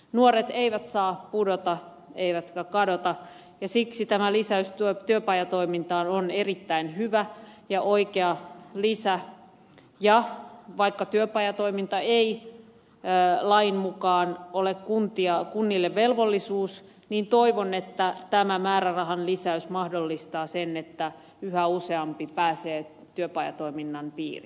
nuoret eivät saa pudota eivätkä kadota ja siksi lisäys työpajatoimintaan on erittäin hyvä ja oikea lisä ja vaikka työpajatoiminta ei lain mukaan ole kunnille velvollisuus niin toivon että tämä määrärahanlisäys mahdollistaa sen että yhä useampi pääsee työpajatoiminnan piiriin